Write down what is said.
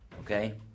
Okay